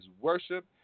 worship